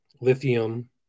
lithium